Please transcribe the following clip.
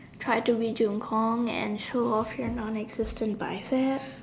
try to resume calm and show off your non existent bicep